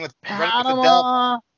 Panama